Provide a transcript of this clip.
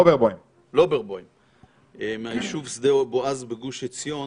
לוברבום מהיישוב שדה בועז בגוף עציון